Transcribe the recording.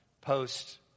post